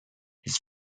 his